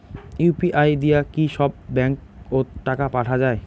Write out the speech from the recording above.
UPI দিয়া কি সব ব্যাংক ওত টাকা পাঠা যায়?